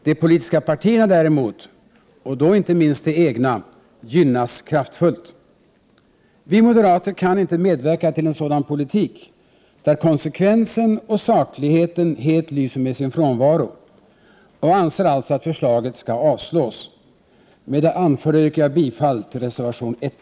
De politiska partierna däremot — och då inte minst det egna — gynnas kraftfullt. Vi moderater kan inte medverka till en sådan politik, där konsekvensen och sakligheten helt lyser med sin frånvaro, och anser alltså att förslaget skall avslås. Med det anförda yrkar jag bifall till reservation 1.